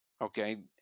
okay